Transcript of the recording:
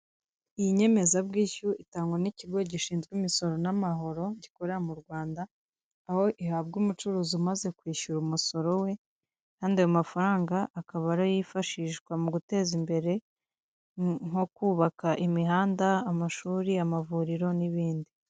Iyi nyemezabwishyu itangwa n'ikigo gishinzwe imisoro n'amahoro gikorera mu Rwanda, aho ihabwa umucuruzi umaze kwishyura umusoro we, kandi ayo mafaranga akaba ari yo yifashishwa mu guteza imbere, nko kubaka imihanda, amashuri, amavuriro n'ibindi.